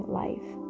life